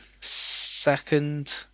second